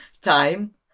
time